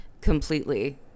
Completely